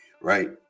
right